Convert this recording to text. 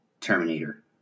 Terminator